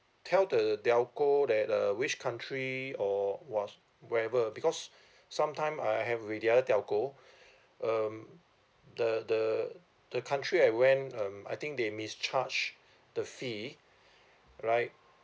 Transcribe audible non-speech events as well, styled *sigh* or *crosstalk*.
tell the telco that uh which country or what wherever because *breath* sometime I have with the other telco *breath* um the the the country I went um I think they miss charged the fee *breath* right